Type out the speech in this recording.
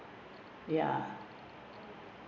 ya